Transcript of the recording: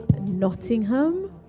Nottingham